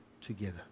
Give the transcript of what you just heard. together